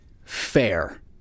Fair